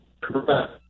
Correct